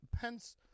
Pence